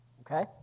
Okay